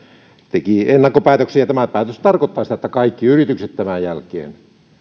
teki ennakkopäätöksen ja tämä päätös tarkoittaa sitä että kaikki yritykset